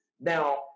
Now